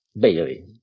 Bailey